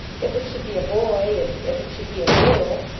if it should be a boy, and, if it should be a girl.